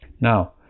Now